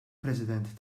president